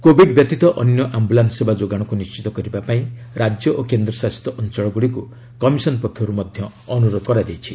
Covid ବ୍ୟତୀତ ଅନ୍ୟ ଆୟୁଲାନ୍ନ ସେବା ଯୋଗାଣକୁ ନିଶ୍ଚିତ କରିବା ପାଇଁ ରାଜ୍ୟ ଓ କେନ୍ଦ୍ର ଶାସିତ ଅଞ୍ଚଳଗୁଡ଼ିକୁ କମିଶନ ପକ୍ଷରୁ ଅନୁରୋଧ କରାଯାଇଛି